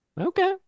Okay